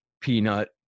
Peanut